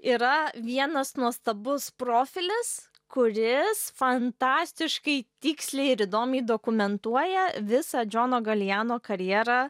yra vienas nuostabus profilis kuris fantastiškai tiksliai ir įdomiai dokumentuoja visą džono galijano karjerą